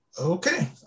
Okay